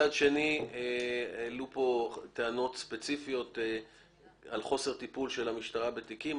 מצד שני העלו כאן טענות ספציפיות על חוסר טיפול של המשטרה בתיקים.